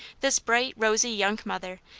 this bright rosy young mother,